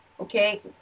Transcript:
okay